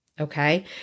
okay